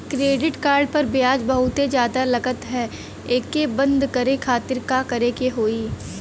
Credit card पर ब्याज बहुते ज्यादा लगत ह एके बंद करे खातिर का करे के होई?